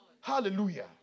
Hallelujah